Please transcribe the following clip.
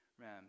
ram